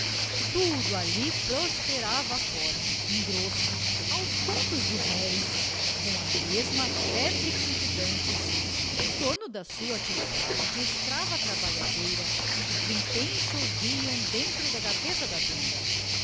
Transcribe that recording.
tudo ali prosperava forte em grosso aos contos de réis com a mesma febre com que dantes em torno da sua atividade de escrava trabalhadeira os vinténs choviam dentro da gaveta da venda